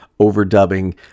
overdubbing